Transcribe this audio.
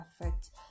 affect